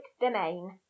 domain